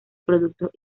productos